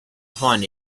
upon